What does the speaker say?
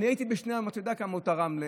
אתה יודע כמה הוא תרם.